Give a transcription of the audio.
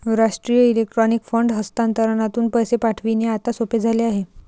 राष्ट्रीय electronic fund हस्तांतरणातून पैसे पाठविणे आता सोपे झाले आहे